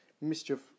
mischief